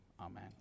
Amen